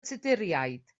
tuduriaid